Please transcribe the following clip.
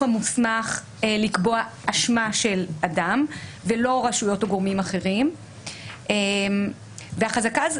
המוסמך לקבוע אשמה של אדם ולא רשויות או גורמים אחרים והחזקה גם